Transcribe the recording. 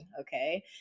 okay